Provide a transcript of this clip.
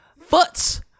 foots